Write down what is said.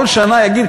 כל שנה יגיד,